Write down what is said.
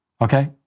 Okay